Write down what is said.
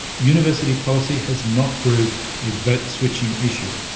university policy has not proved a vote-switching issue.